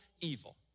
evil